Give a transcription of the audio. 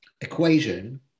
equation